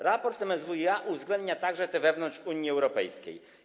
Raport MSWiA uwzględnia także te wewnątrz Unii Europejskiej.